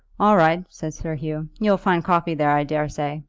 all right, said sir hugh you'll find coffee there, i daresay.